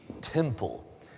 temple